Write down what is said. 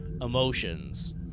emotions